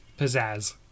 pizzazz